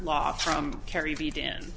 law from kerry beat in